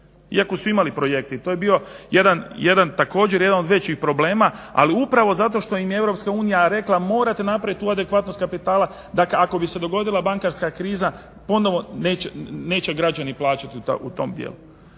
iako su imali projekte. I to je bio jedan također jedan od većih problema. Ali upravo zato što im je EU rekla morate napraviti tu adekvatnost kapitala, dakle ako bi se dogodila bankarska kriza ponovno neće građani plaćati u tom dijelu.